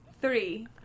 three